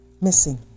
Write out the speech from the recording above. missing